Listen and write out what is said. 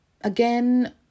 again